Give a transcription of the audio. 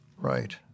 Right